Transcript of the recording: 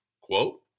Quote